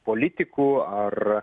politikų ar